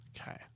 Okay